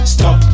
Stop